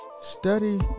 study